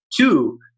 Two